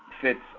fits